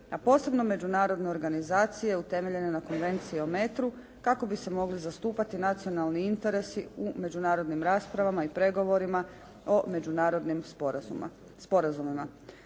a posebno međunarodne organizacije utemeljene na Konvenciji o metru kako bi se mogli zastupati nacionalni interesi u međunarodnim raspravama i pregovorima o međunarodnim sporazumima.